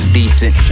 decent